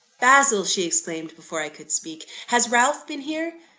basil! she exclaimed, before i could speak has ralph been here?